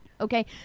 Okay